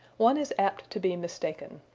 one is apt to be mistaken.